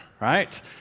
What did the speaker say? right